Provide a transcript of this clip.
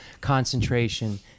concentration